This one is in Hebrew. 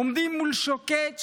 עומדים מול שוקת שבורה.